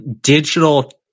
digital